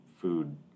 food